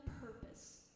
purpose